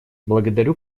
благодарю